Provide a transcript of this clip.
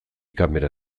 kamera